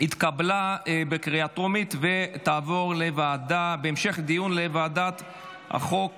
התקבלה בקריאה טרומית ותעבור להמשך הדיון בחוק